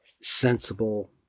sensible